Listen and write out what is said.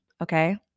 Okay